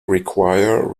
require